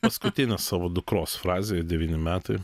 paskutinę savo dukros frazę jai devyni metai